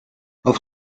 auf